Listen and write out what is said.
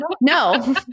no